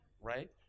right